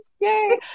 Yay